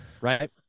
Right